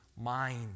mind